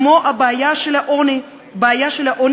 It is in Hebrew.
כמו הבעיה של העוני הקיצוני,